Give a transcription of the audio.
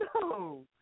no